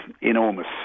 enormous